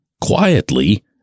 quietly